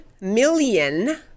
million